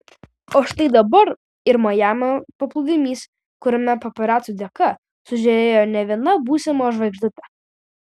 o štai dabar ir majamio paplūdimys kuriame paparacių dėka sužėrėjo ne viena būsima žvaigždutė